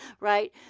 Right